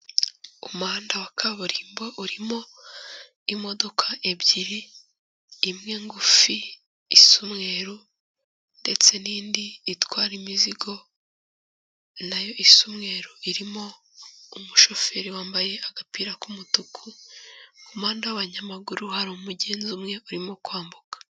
Umuhanda wa kaburimbo urimo imodoka ebyiri, imwe ngufi isa umweru ndetse n'indi itwara imizigo na yo isa umweru, irimo umushoferi wambaye agapira k'umutuku, mu muhanda w'abanyamaguru hari umugenzi umwe urimo kwambuka.